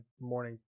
morning